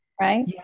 right